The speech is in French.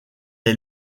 est